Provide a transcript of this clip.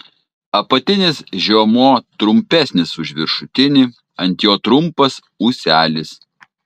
apatinis žiomuo trumpesnis už viršutinį ant jo trumpas ūselis